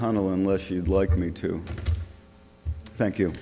tunnel unless you'd like me to thank you